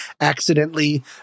accidentally